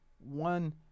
one